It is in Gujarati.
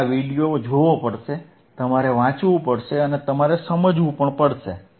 તમારે આ વિડીયો જોવો પડશે તમારે વાંચવું પડશે અને તમારે સમજવું પડશે